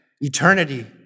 Eternity